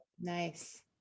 nice